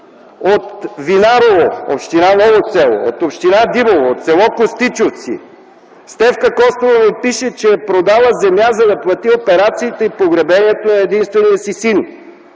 с. Винарово, Община Ново село, от Община Димово, от с. Костичовци. Стефка Костова ми пише, че е продала земя, за да плати операциите и погребението на единствения си син.